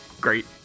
Great